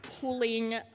pulling